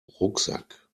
rucksack